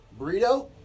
Burrito